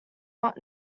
not